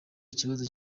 ikibazo